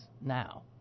now